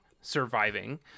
Surviving